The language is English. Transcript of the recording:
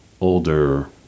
older